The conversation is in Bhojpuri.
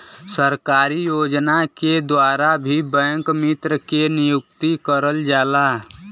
सरकारी योजना के द्वारा भी बैंक मित्र के नियुक्ति करल जाला